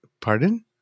pardon